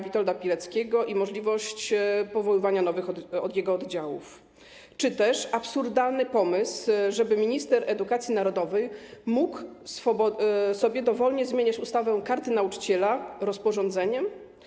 Witolda Pileckiego i możliwość powoływania nowych jego oddziałów czy też absurdalny pomysł, żeby minister edukacji narodowej mógł sobie dowolnie zmieniać ustawę - Karta Nauczyciela rozporządzeniem?